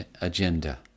agenda